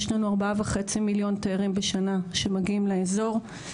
יש לנו 4.5 מיליון תיירים בשנה שמגיעים לאזור.